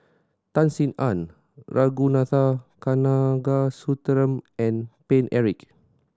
Tan Sin Aun Ragunathar Kanagasuntheram and Paine Eric